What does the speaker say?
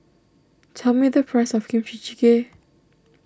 tell me the price of Kimchi Jjigae